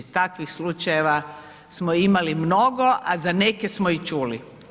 Takvih slučajeva smo imali mnogo, a za neke smo i čuli.